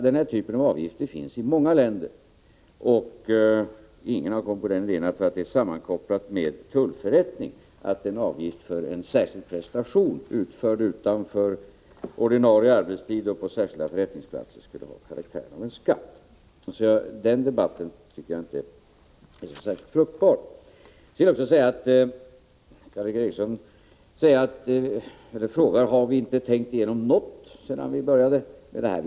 Den här typen av avgifter finns i många länder, och ingen har kommit på idén, därför att det är sammankopplat med tullförrättning, att en avgift för en särskild prestation, utförd utanför ordinarie arbetstid och på särskilda förrättningsplatser, skulle ha karaktären av en skatt. Så den debatten tycker jag inte är särskilt fruktbar. Karl Erik Eriksson frågar om vi inte har tänkt igenom någonting sedan vi började tala om ökad avgiftsfinansiering.